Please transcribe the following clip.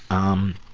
um,